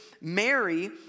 Mary